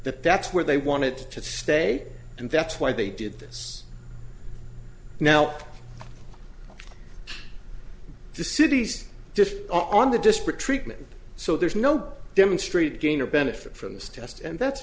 that that's where they wanted to stay and that's why they did this now the city's diff on the disparate treatment so there's no demonstrated gain or benefit from this test and that's